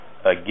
again